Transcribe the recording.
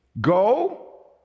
Go